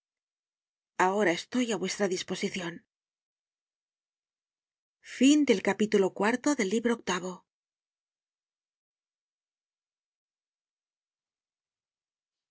ahora estoy á vuestra disposicion